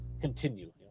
continue